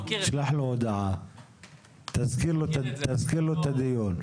שלח לו הודעה ותזכיר לו את הדיון.